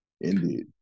Indeed